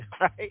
right